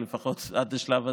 לפחות עד לשלב הזה,